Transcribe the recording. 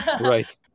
Right